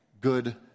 good